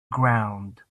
ground